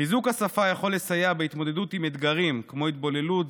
חיזוק השפה יכול לסייע בהתמודדות עם אתגרים כמו התבוללות,